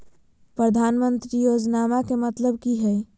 प्रधानमंत्री योजनामा के मतलब कि हय?